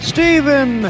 Stephen